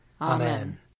Amen